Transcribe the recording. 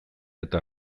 eta